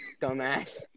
Dumbass